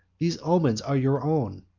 these omens are your own,